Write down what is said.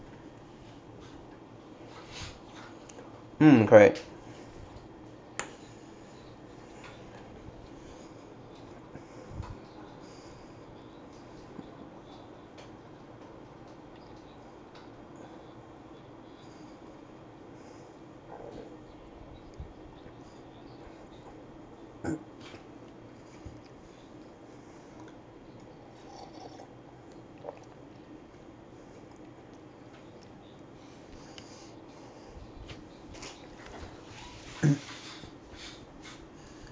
mm correct